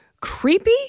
creepy